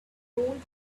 old